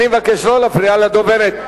אני מבקש לא להפריע לדוברת.